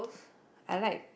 I like